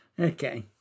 Okay